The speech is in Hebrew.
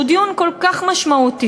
שהוא דיון כל כך משמעותי,